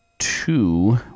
two